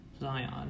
Zion